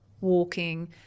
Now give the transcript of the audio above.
walking